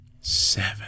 Seven